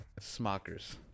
Smokers